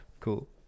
Cool